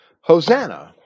Hosanna